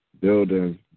building